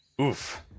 Oof